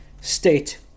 state